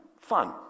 fun